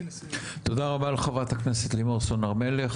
תודה רבה לחברת הכנסת לימור סון הר מלך,